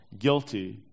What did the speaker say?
guilty